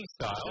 style